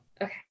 Okay